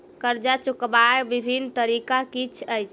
कर्जा चुकबाक बिभिन्न तरीका की अछि?